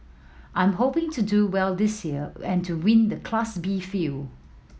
I'm hoping to do well this year and to win the Class B field